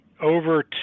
over